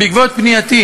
2. בעקבות פנייתי,